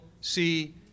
see